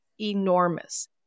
enormous